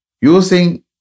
using